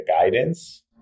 guidance